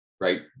right